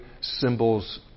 symbols